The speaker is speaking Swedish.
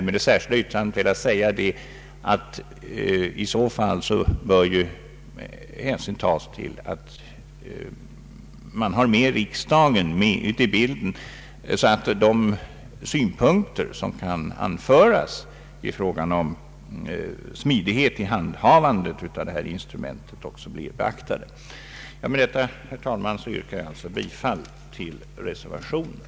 Med det särskilda yttrandet har vi velat säga att man i så fall bör ta med riksdagen i bilden, så att de synpunkter som kan anföras i fråga om smidighet i handhavandet av detta instrument också blir beaktade. Med detta, herr talman, yrkar jag bifall till reservationen.